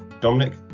Dominic